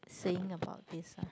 saying about this ah